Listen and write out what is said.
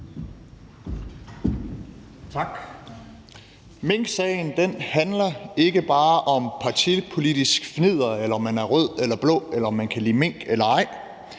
Minksagen handler ikke bare om partipolitisk fnidder, om man er rød eller blå, eller om man kan lide mink eller ej.